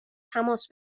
تماس